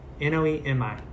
N-O-E-M-I